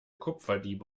kupferdiebe